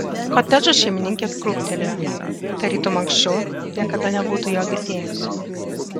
kotedžo šeimininkė krūptelėjo tarytum anksčiau niekada nebūtų jo girdėjusi